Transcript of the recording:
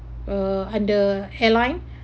uh under airline